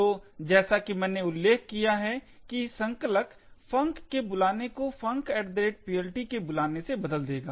तो जैसा कि मैंने उल्लेख किया है कि संकलक func के बुलाने को funcPLT के बुलाने से बदल देगा